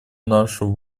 нашу